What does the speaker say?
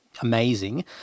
amazing